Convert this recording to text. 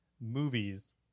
movies